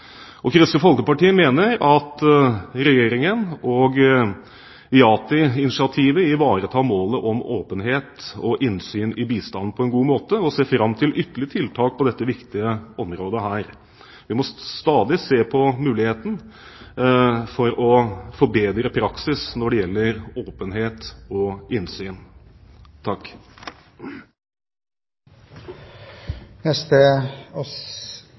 samarbeidsland. Kristelig Folkeparti mener at regjeringen og IATI-initiativet ivaretar målet om åpenhet og innsyn i bistanden på en god måte, og ser fram til ytterligere tiltak på dette viktige området. Vi må stadig se på muligheten for å forbedre praksis når det gjelder åpenhet og innsyn.